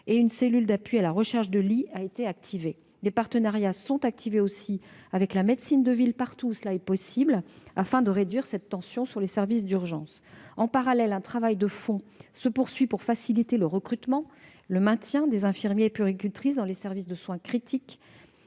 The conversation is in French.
et une cellule d'appui à la recherche de lits a été activée. Des partenariats sont également activés avec la médecine de ville partout où c'est possible, afin de réduire la tension subie par les services d'urgences pédiatriques. En parallèle, un travail de fond se poursuit pour faciliter le recrutement et le maintien des infirmiers et puéricultrices dans les services de soins critiques,